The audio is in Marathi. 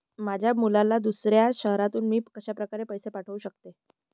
माझ्या मुलाला दुसऱ्या शहरातून मी कशाप्रकारे पैसे पाठवू शकते?